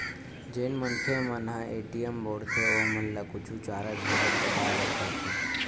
जेन मनखे मन ह ए.टी.एम बउरथे ओमन ल कुछु चारज घलोक पटाय बर परथे